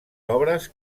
obres